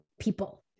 people